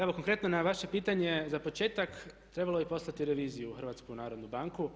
Evo konkretno na vaše pitanje za početak trebalo bi poslati reviziju u HNB.